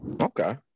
okay